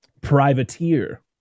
Privateer